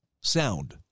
sound